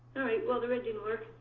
alright well the red didn't work.